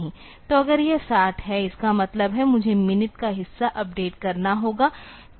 तो अगर यह 60 है इसका मतलब है मुझे मिनट का हिस्सा अपडेट करना होगा